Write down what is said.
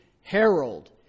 herald